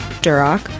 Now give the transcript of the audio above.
Duroc